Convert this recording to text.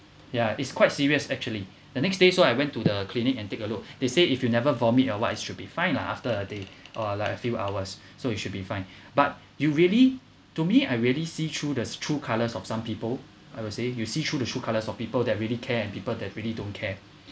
ya it's quite serious actually the next day so I went to the clinic and take a look they said if you never vomit or what it should be fine lah after a day or like a few hours so you should be fine but you really to me I really see through the true colours of some people I would say you see through the true colours of people that really care and people that really don't care